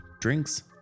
drinks